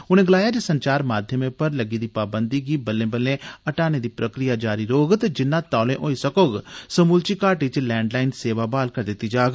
उन्ने गलाया जे संचार माध्यमें पर लग्गी दी पाबंदी गी बल्ले बल्लें हटाने दी प्रक्रिया जारी रोहग ते जिन्ना तौले होइ सकै समूलची घाटी च लैंडलाइन सेवा ब्हाल करी दिती जाग